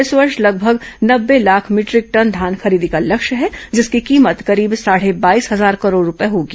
इस वर्ष लगभग नब्बे लाख भीटरिक टन धान खरीदी का लक्ष्य है जिसकी कीमत करीब साढे बाईस हजार करोड़ रूपये होगी